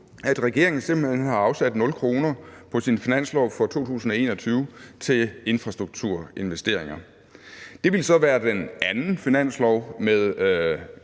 at regeringen simpelt hen har afsat nul kroner på sin finanslov for 2021 til infrastrukturinvesteringer. Det ville så være den anden finanslov med